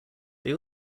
they